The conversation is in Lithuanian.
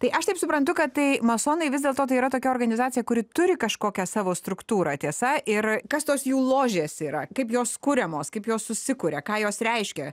tai aš taip suprantu kad tai masonai vis dėlto tai yra tokia organizacija kuri turi kažkokią savo struktūrą tiesa ir kas tos jų ložės yra kaip jos kuriamos kaip jos susikuria ką jos reiškia